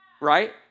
Right